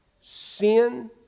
sin